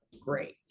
great